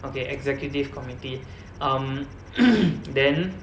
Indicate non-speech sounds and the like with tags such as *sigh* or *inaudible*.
okay executive committee um *coughs* then